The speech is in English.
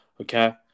okay